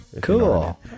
Cool